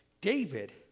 David